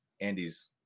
Andy's